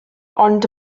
ond